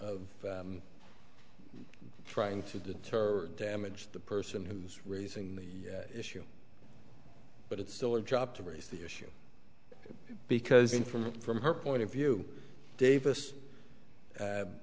of trying to deter damage the person who's raising the issue but it's still a job to raise the issue because in from from her point of view davis